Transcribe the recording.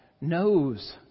knows